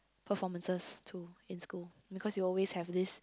performances too in school because we always have this